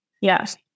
yes